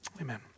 Amen